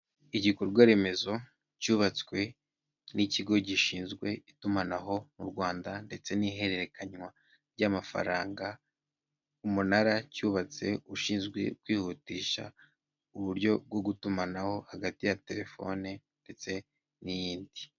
Igikorwa remezo cyubatswe n'ikigo gishinzwe itumanaho mu Rwanda, ndetse n'ihererekanywa ry'amafaranga, umunara cyubatse ushinzwe kwihutisha uburyo bwo gutumanaho hagati ya terefone ndetse n'iyindi.